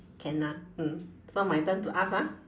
can ah mm so my turn to ask ah